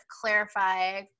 clarify